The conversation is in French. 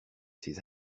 ses